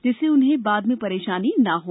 जिससे उन्हें बाद परेशानी ना हो